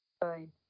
Fine